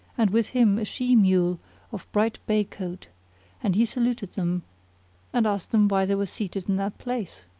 and with him a she mule of bright bay coat and he saluted them and asked them why they were seated in that place.